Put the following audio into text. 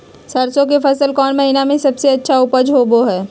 सरसों के फसल कौन महीना में सबसे अच्छा उपज होबो हय?